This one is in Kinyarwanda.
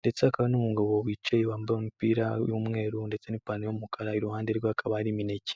ndetse hakaba n'umugabo wicaye wambaye umupira w'umweru ndetse n'ipantaro y'umukara, iruhande rwe hakaba hari imineke.